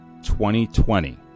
2020